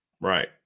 Right